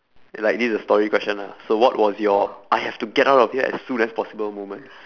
like this is a story question lah so what was your I have to get out of here as soon as possible moment